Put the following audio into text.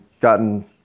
gotten